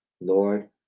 Lord